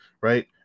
right